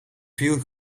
veel